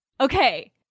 Okay